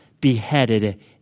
beheaded